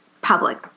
public